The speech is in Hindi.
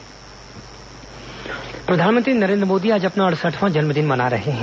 प्रधानमंत्री जन्मदिन प्रधानमंत्री नरेन्द्र मोदी आज अपना अड़सठवां जन्मदिन मना रहे हैं